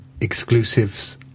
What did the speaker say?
exclusives